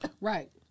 Right